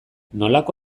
nolako